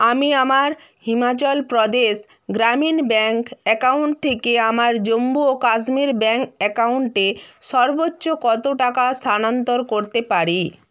আমি আমার Himachal Pradesh Gramin bank account থেকে আমার জম্মু ও কাশ্মীর ব্যাঙ্ক অ্যাকাউন্টে সর্বোচ্চ কত টাকা স্থানান্তর করতে পারি